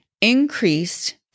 Increased